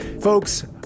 Folks